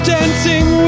dancing